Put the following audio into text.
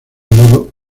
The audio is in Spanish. modo